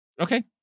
Okay